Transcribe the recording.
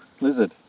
Lizard